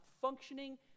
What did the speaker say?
functioning